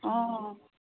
অঁ